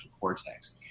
cortex